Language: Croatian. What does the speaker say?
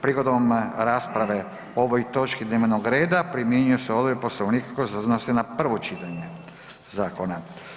Prigodom rasprave o ovoj točki dnevnog reda primjenjuju se odredbe Poslovnika koje se odnose na prvo čitanje zakona.